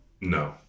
No